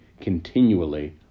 continually